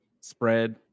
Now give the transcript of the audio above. spread